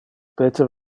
peter